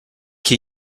key